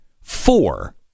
Four